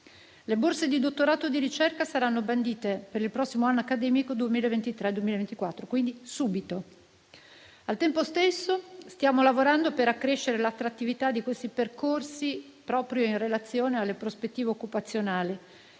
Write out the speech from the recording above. Le borse di dottorato di ricerca saranno bandite per il prossimo anno accademico 2023-2024, quindi subito. Al tempo stesso stiamo lavorando per accrescere l'attrattività di questi percorsi, proprio in relazione alle prospettive occupazionali,